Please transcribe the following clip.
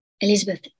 Elizabeth